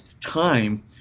time